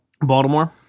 Baltimore